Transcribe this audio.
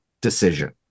decision